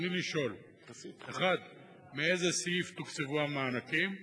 רצוני לשאול: 1. מאיזה סעיף תוקצבו המענקים?